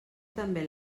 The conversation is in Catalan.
també